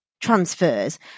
transfers